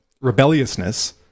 rebelliousness